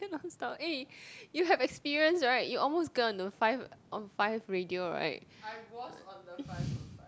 none stop eh you have experience right you almost got onto five on five radio [right]